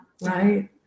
Right